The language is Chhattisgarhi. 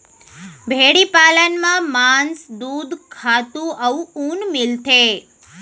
भेड़ी पालन म मांस, दूद, खातू अउ ऊन मिलथे